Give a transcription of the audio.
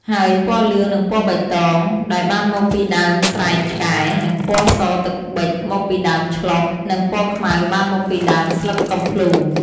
ហើយ ពណ៌លឿង និងពណ៌បៃតង ដែលបានមកពីដើមស្រែងឆ្កែ និងពណ៌សទឹកប៊ិចមកពីដើមឆ្លុះ និងពណ៌ខ្មៅបានមកពីដើមស្លឹកកំផ្លូរ។